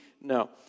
No